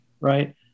right